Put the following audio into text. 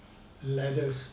leathers